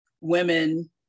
women